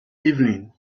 evening